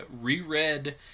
reread